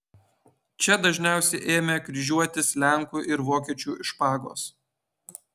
čia dažniausiai ėmė kryžiuotis lenkų ir vokiečių špagos